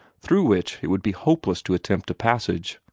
through which it would be hopeless to attempt a passage.